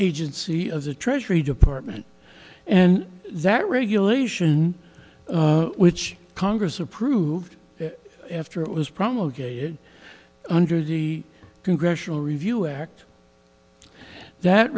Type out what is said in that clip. agency of the treasury department and that regulation which congress approved after it was promulgated under the congressional review act that